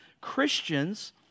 Christians